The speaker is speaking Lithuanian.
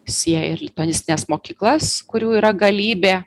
sieja ir lituanistines mokyklas kurių yra galybė